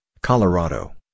Colorado